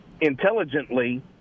intelligently